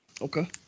Okay